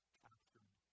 captured